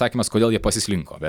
sakymas kodėl jie pasislinko bet